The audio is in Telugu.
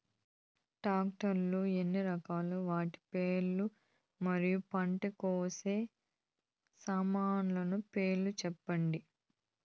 టాక్టర్ లు ఎన్ని రకాలు? వాటి పేర్లు మరియు పంట కోసే సామాన్లు పేర్లను సెప్పండి?